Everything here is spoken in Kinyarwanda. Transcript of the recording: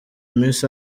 miss